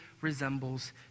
resembles